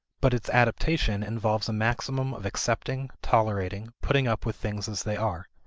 but its adaptation involves a maximum of accepting, tolerating, putting up with things as they are,